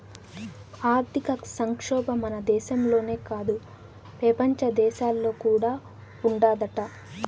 ఆర్థిక సంక్షోబం మన దేశంలోనే కాదు, పెపంచ దేశాల్లో కూడా ఉండాదట